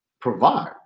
provide